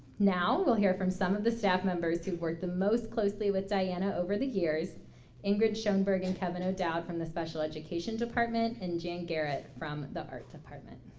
now we'll hear from some of the staff members who worked the most closely with diana over the years ingrid schoenberg and kevin o'dowd from the special education department and jan garrett from the art department.